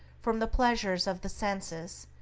from the pleasures of the senses,